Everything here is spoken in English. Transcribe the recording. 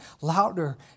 Louder